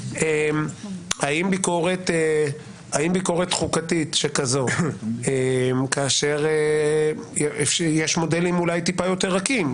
האם ביקורת חוקתית שכזו כאשר יש מודלים אולי טיפה יותר רכים,